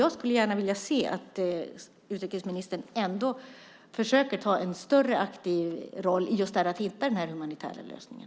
Jag skulle gärna se att utrikesministern försöker ta en större aktiv roll när det gäller att hitta den humanitära lösningen.